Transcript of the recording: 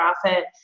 profit